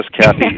Kathy